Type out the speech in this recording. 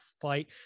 fight